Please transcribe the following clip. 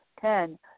ten